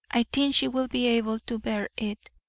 i think she will be able to bear it.